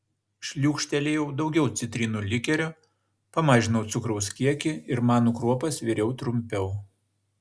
šliūkštelėjau daugiau citrinų likerio pamažinau cukraus kiekį ir manų kruopas viriau trumpiau